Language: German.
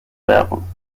werbung